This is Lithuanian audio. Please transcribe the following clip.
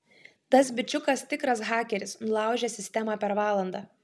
tas bičiukas tikras hakeris nulaužė sistemą per valandą